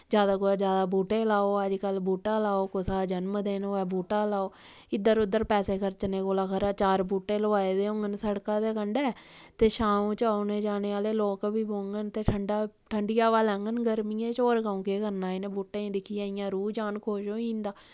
जैदा कोला जैदा बूह्टे लाओ अजकल्ल बूह्टा लाओ कुसा दा जनम दिन होऐ बूह्टा लाओ इद्धर उद्धर पैसे खर्चने कोला खरा चार बूह्टे लोआए दे होङन सड़का दे कंढै ते छाऊं च औने जाने आह्ले लोग बी बौह्ङन ते ठंडा ठंडी हवा लैङन गर्मियें च होर कदूं केह् करना इ'नें बूह्टें गी दिक्खियै इ'यां रूह् जन खुश होई जंदा